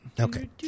Okay